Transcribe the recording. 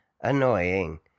annoying